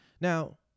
Now